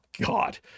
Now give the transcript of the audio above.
god